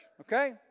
okay